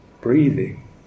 breathing